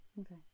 okay